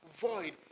Void